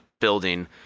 building